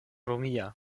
romia